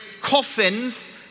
coffins